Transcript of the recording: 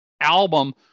album